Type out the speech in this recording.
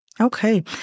Okay